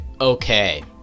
okay